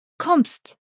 Kommst